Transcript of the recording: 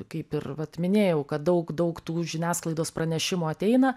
kaip ir vat minėjau kad daug daug tų žiniasklaidos pranešimų ateina